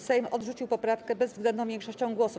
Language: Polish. Sejm odrzucił poprawkę bezwzględną większością głosów.